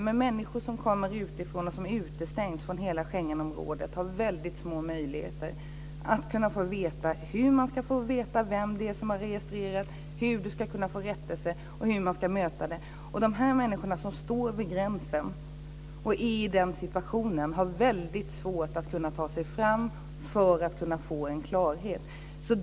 Men människor som kommer utifrån och utestängs från hela Schengenområdet har små möjligheter att få veta vem som har registrerat, hur de ska få rättelse osv. De människor som står vid gränsen har svårt att ta sig fram för att få klarhet.